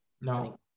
no